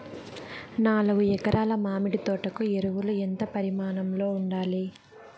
నాలుగు ఎకరా ల మామిడి తోట కు ఎరువులు ఎంత పరిమాణం లో ఉండాలి?